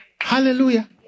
Hallelujah